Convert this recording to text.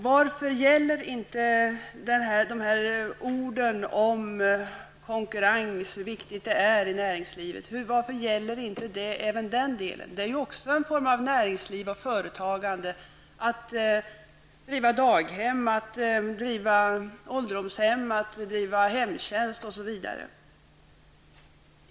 Varför gäller inte de här orden om konkurrens, som är så viktiga i näringslivet, även i den delen? Det är också en form av näringsliv och företagande att driva daghem, ålderdomshem, hemtjänst osv.